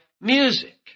music